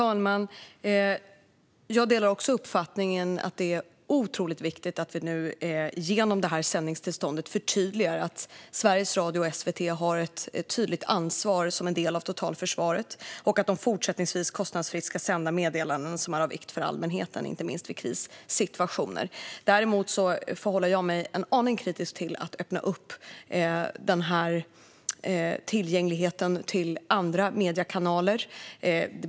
Fru talman! Jag delar också uppfattningen att det är otroligt viktigt att vi genom sändningstillståndet förtydligar att Sveriges Radio och SVT har ett tydligt ansvar som en del av totalförsvaret och att de fortsättningsvis kostnadsfritt ska sända meddelanden som är av vikt för allmänheten, inte minst vid krissituationer. Däremot förhåller jag mig en aning kritisk till att öppna för andra mediekanaler.